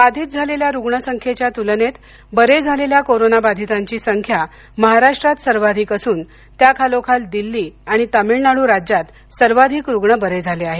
बाधित झालेल्या रुग्णसंख्येच्या तुलनेत बरे झालेल्या कोरोना बाधितांची संख्या महाराष्ट्रात सर्वाधिक असून त्याखालोखाल दिल्ली आणि तमिळनाडू राज्यात सर्वाधिक रुग्ण बरे झाले आहेत